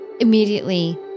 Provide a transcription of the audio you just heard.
immediately